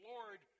Lord